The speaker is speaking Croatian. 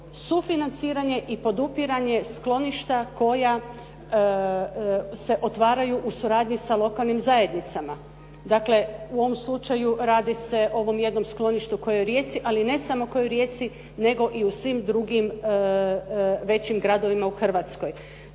sufinanciranje i podupiranje skloništa koja se otvaraju u suradnji sa lokalnim zajednicama. Dakle, u ovom slučaju radi se o ovom jednom skloništu koje je u Rijeci ali ne samo koje je u Rijeci nego u i u svim drugim većim gradovima u Hrvatskoj.